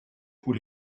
pour